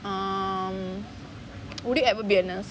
um would you ever be a nurse